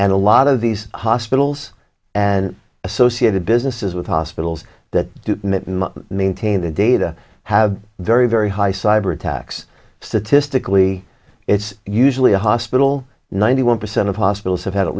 and a lot of these hospitals and associated businesses with hospitals that maintain the data have very very high cyber attacks statistically it's usually a hospital ninety one percent of hospitals have had at